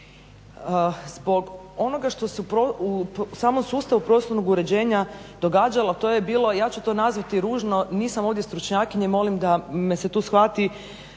zbog onoga što su u samom sustavu prostornog uređenja događalo a to je bilo ja ću to nazvati ružno, nisam ovdje stručnjakinja i molim da me se tu shvati